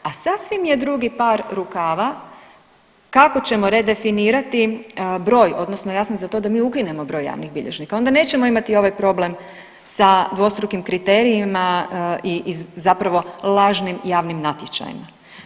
A sasvim je drugi par rukava kako ćemo redefinirati broj, odnosno, ja sam za to da mi ukinemo broj javnih bilježnika, onda nećemo imati ovaj problem sa dvostrukim kriterijima i iz zapravo, lažnim javnim natječajima.